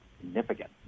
significant